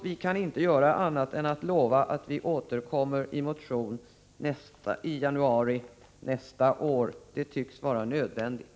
Vi kan inte göra annat än att lova att återkomma med en motion i januari nästa år. Det tycks vara nödvändigt.